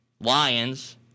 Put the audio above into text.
Lions